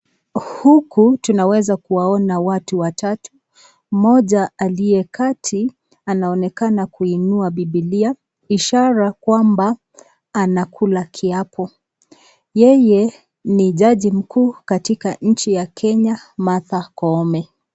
Huku tunaweza kuwaona watu watatu. Moja aliye kati anaonekana kuinua bibilia ishara kwamba anakula kiapo. Yeye ni jaji mkuu katika nchi ya Kenya Martha Koome.